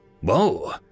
Whoa